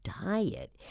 diet